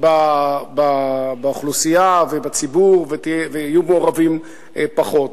באוכלוסייה ובציבור ויהיו מעורבים פחות,